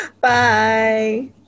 Bye